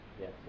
yes